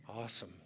Awesome